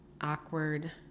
awkward